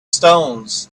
stones